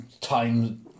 time